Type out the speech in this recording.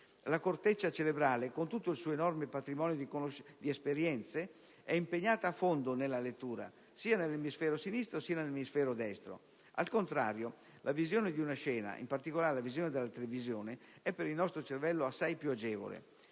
La corteccia cerebrale, con tutto il suo enorme patrimonio di esperienze, è impegnata a fondo nella lettura sia nell'emisfero sinistro sia nell'emisfero destro. Al contrario, la visione di una scena, in particolare la visione della televisione, è per il nostro cervello assai più agevole.